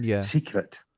secret